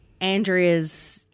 Andrea's